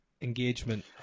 engagement